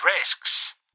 risks